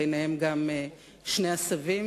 ובהם גם שני הסבים